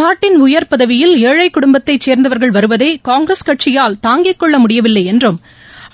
நாட்டின் உயர் பதவியில் ஏழை குடும்பத்தை சேந்தவர்கள் வருவதை காங்கிரஸ் கட்சியால் தாங்கிகொள்ளமுடியவில்லைபென்றும்